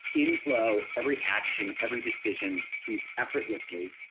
in flow every action, every decision effortlessly,